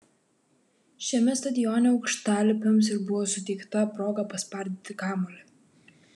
šiame stadione aukštalipiams ir buvo suteikta proga paspardyti kamuolį